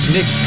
Nick